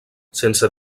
sense